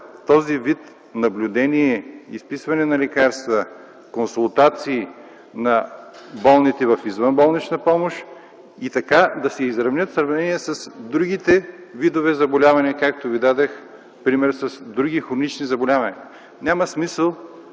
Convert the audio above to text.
този вид наблюдение, изписване на лекарства, консултации на болните в извънболнична помощ и така да се изравнят в сравнение с другите видове заболявания, както Ви дадох пример с други хронични заболявания. Няма смисъл